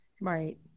Right